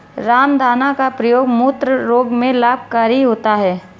रामदाना का प्रयोग मूत्र रोग में लाभकारी होता है